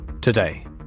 Today